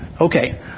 Okay